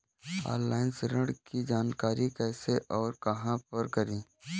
Online ऋण की जानकारी कैसे और कहां पर करें?